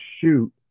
shoot